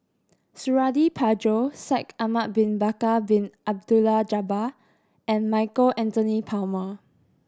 Suradi Parjo Shaikh Ahmad Bin Bakar Bin Abdullah Jabbar and Michael Anthony Palmer